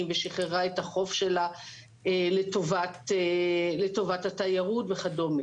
ושחררה את החוב שלה לטובת התיירות וכדומה.